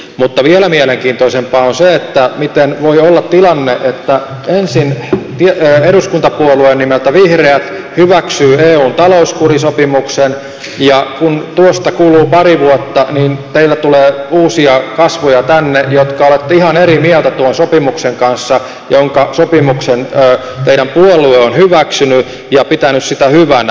mutta vielä mielenkiintoisempaa on se miten voi olla tilanne että ensin eduskuntapuolue nimeltä vihreät hyväksyy eun talouskurisopimuksen ja kun tuosta kuluu pari vuotta niin teille tulee teitä uusia kasvoja tänne jotka olette ihan eri mieltä tuon sopimuksen kanssa jonka teidän puolueenne on hyväksynyt ja jota pitänyt hyvänä